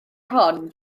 hon